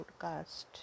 podcast